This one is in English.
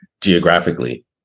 geographically